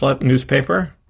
newspaper